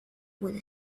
with